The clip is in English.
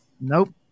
Nope